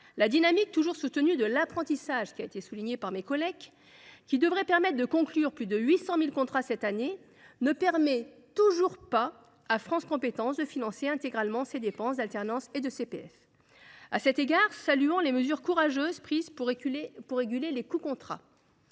la dynamique toujours soutenue de l’apprentissage, qui a été soulignée par mes collègues et qui devrait permettre de conclure plus de 800 000 contrats cette année, ne permet toujours pas à France Compétences de financer intégralement ses dépenses d’alternance et de compte personnel de formation (CPF). À cet égard, saluons les mesures courageuses prises pour réguler les coûts contrats.